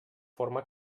forma